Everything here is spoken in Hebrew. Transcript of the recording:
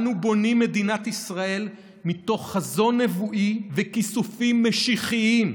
אנו בונים מדינת ישראל מתוך חזון נבואי וכיסופים משיחיים,